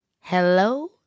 hello